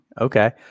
okay